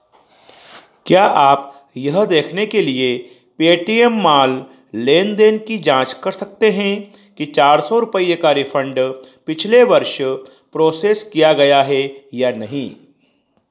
क्या आप यह देखने के लिए पेटीएम माल लेन देन की जाँच कर सकते हैं कि चार सौ रुपये का रिफ़ंड पिछले वर्ष प्रोसेस किया गया है या नहीं